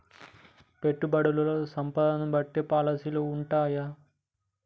పెట్టుబడుల్లో సంపదను బట్టి పాలసీలు ఉంటయా?